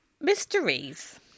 Mysteries